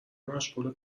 مشغول